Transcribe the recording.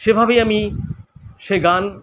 সেভাবেই আমি সে গান